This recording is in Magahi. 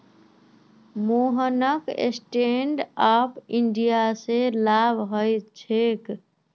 मोहनक स्टैंड अप इंडिया स लाभ ह छेक